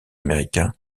américain